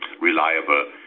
reliable